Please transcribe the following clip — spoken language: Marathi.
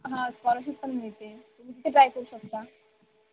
हां स्कॉलरशिप पण मिळते तुम्ही तिथे ट्राय करू शकता